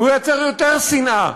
הוא ייצר יותר שנאה,